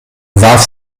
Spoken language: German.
warf